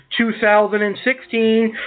2016